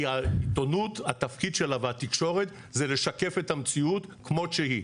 כי העיתונות והתפקיד שלה והתקשורת זה לשקף את המציאות כמות שהיא.